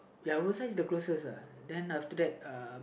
ya what sight is the closest lah then after that